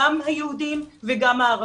גם היהודים וגם הערבים,